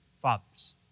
fathers